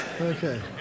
Okay